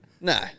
No